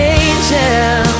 angel